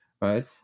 right